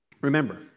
Remember